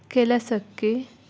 ಕೆಲಸಕ್ಕೆ